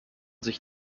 sich